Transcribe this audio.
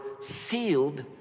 sealed